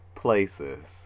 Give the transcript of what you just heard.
places